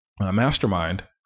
Mastermind